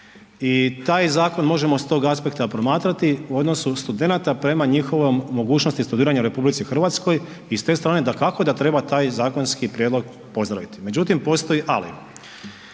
I taj zakon možemo s tog aspekta promatrati u odnosu studenata prema njihovoj mogućnosti studiranja u RH i s te strane dakako da treba taj zakonski prijedlog pozdraviti. Međutim, postoji ali.